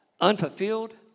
unfulfilled